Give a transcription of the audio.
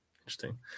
interesting